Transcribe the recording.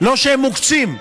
לא שהם מוקצים.